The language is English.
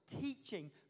teaching